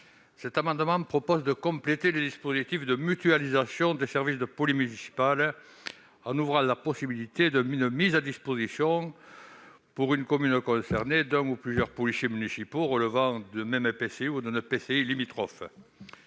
Cet amendement vise à compléter le dispositif de mutualisation des services de police municipale en ouvrant la possibilité d'une mise à disposition, pour une commune concernée, d'un ou de plusieurs policiers municipaux relevant du même établissement public de